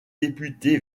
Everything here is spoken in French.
député